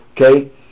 Okay